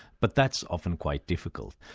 but that's often quite difficult.